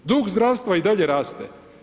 Dug zdravstva i dalje raste.